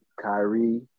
Kyrie